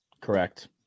Correct